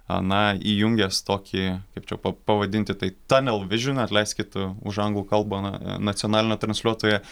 na įjungęs tokį kaip čia pavadinti tanel vižion atleiskit už anglų kalbą nacionalinio transliuotojo